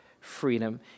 freedom